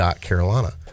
Carolina